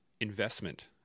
investment